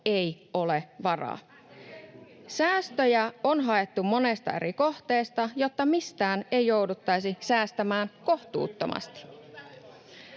eikö se kurita?] Säästöjä on haettu monesta eri kohteesta, jotta mistään ei jouduttaisi säästämään kohtuuttomasti.